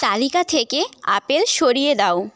তালিকা থেকে আপেল সরিয়ে দাও